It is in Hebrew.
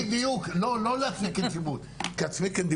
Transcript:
כמדינה.